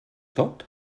tot